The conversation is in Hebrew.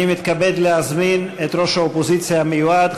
מתכבד להזמין את ראש האופוזיציה המיועד,